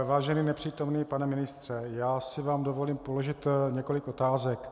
Vážený nepřítomný pane ministře, já si vám dovolím položit několik otázek.